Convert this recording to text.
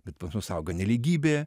bet pas mus auga nelygybė